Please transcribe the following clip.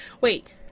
wait